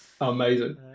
Amazing